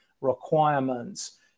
requirements